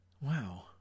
Wow